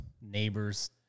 neighbors